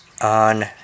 on